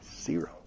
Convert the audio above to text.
Zero